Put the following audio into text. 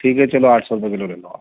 ٹھیک ہے چلو آٹھ سو روپئے کلو لے لو آپ